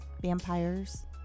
vampires